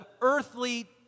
earthly